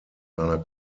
seiner